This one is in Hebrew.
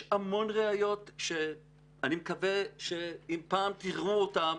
יש המון ראיות שאני מקווה שאם פעם תראו אותן,